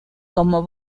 como